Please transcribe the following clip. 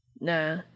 Nah